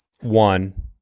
one